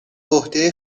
عهده